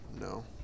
no